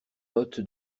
note